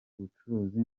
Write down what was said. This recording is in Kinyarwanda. ubucuruzi